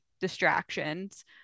distractions